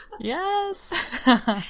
yes